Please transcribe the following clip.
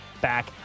back